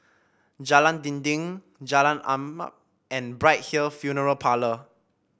Jalan Dinding Jalan Arnap and Bright Hill Funeral Parlour